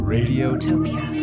Radiotopia